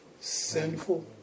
sinful